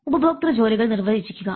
ഉപഭോക്തൃ ജോലികൾ നിർവചിക്കുക